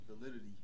validity